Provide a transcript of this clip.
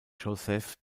joseph